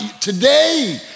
today